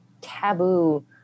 taboo